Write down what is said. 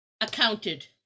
accounted